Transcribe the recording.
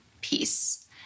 peace